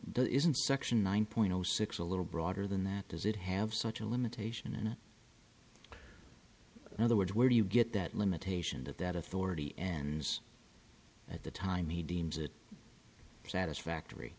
that isn't section nine point zero six a little broader than that does it have such a limitation in other words where do you get that limitation that that authority and at the time he deems it satisfactory